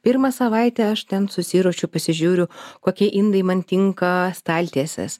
pirmą savaitę aš ten susiruošiu pasižiūriu kokie indai man tinka staltiesės